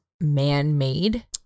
man-made